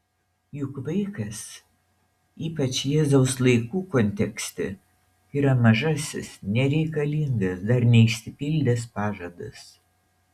juk vaikas ypač jėzaus laikų kontekste yra mažasis nereikalingas dar neišsipildęs pažadas